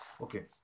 Okay